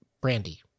brandy